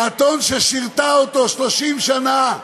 האתון ששירתה אותו 30 שנה,